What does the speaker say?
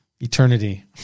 Eternity